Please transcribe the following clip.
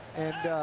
and